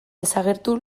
desagertu